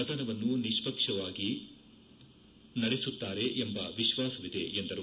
ಸದನವನ್ನು ನಿಷ್ಣಕ್ಸಪಾತವಾಗಿ ನಡೆಸುತ್ತಾರೆ ಎಂಬ ವಿಶ್ಲಾಸವಿದೆ ಎಂದರು